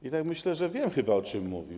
I tak myślę, że wiem chyba, o czym mówił.